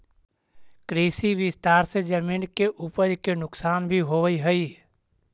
कृषि विस्तार से जमीन के उपज के नुकसान भी होवऽ हई